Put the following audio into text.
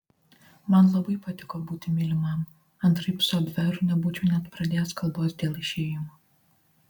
man labai patiko būti mylimam antraip su abveru nebūčiau net pradėjęs kalbos dėl išėjimo